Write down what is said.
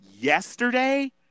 yesterday